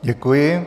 Děkuji.